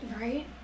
Right